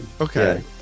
Okay